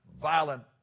violent